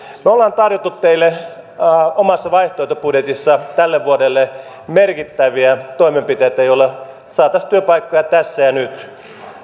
me olemme tarjonneet teille omassa vaihtoehtobudjetissamme tälle vuodelle merkittäviä toimenpiteitä joilla saataisiin työpaikkoja tässä ja nyt